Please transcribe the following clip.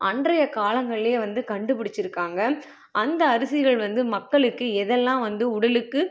அன்றைய காலங்கள்லேயே வந்து கண்டுபுடிச்சிருக்காங்க அந்த அரிசிகள் வந்து மக்களுக்கு எதெல்லாம் வந்து உடலுக்கு